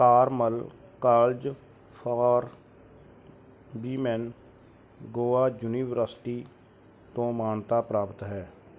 Carmel college for women Goa university ਤੋਂ ਮਾਨਤਾ ਪ੍ਰਾਪਤ ਹੈ